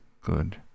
good